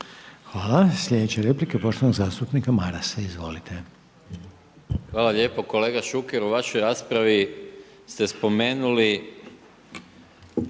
Hvala. Sljedeća replika poštovanog zastupnika Marasa, izvolite. **Maras, Gordan (SDP)** Hvala lijepo. Kolega Šuker, u vašoj raspravi ste spomenuli